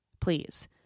Please